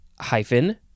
hyphen